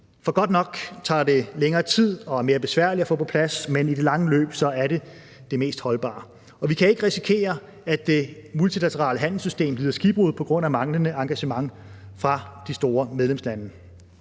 For godt nok tager det længere tid og er mere besværligt at få på plads, man i det lange løb er det det mest holdbare. Vi kan ikke risikere, at det multilaterale handelssystem lider skibbrud på grund af manglende engagement fra de store medlemslandes